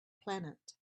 planet